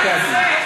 לבתי-הדין,